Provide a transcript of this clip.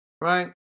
Right